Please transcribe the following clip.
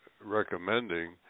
recommending